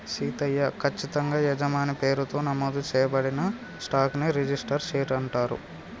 సీతయ్య, కచ్చితంగా యజమాని పేరుతో నమోదు చేయబడిన స్టాక్ ని రిజిస్టరు షేర్ అంటారు